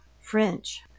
French